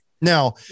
Now